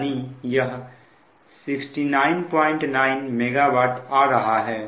यानी यह 699 MW आ रहा है